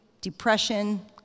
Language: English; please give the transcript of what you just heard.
depression